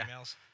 emails